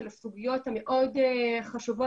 יש אנשים שלא אוהבים את זה,